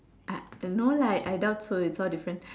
I no lah I doubt so it's all different